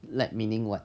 led meaning what